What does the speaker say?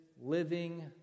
living